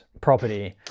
property